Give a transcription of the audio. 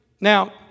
Now